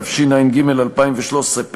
התשע"ג 2013,